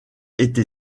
été